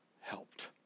helped